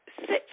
six